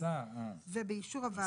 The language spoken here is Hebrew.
ובאישור הוועדה.